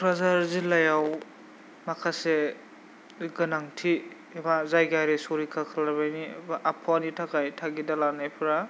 क'क्राझार जिल्लायाव माखासे गोनांथि बा जायगायारि संरैखा खालामनायनि बा आबहावानि थाखाय थागिदा लानायफोरा